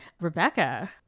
Rebecca